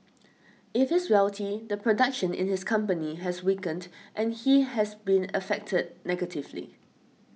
if he's wealthy the production in his company has weakened and he has been affected negatively